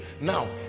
Now